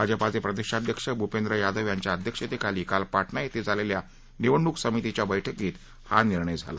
भाजपाचे प्रदेशाध्यक्ष भूपेंद्र यादव यांच्या अध्यक्षतेखाली काल पाटणा श्रे झालेल्या निवडणूक समितीच्या बर्क्कीत हा निर्णय झाला